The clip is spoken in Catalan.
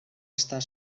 estar